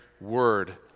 word